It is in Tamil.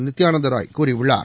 நித்யானந்தா ராய் கூறியுள்ளார்